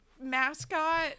mascot